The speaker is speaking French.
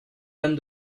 dame